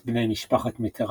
את בני משפחת מיטראן.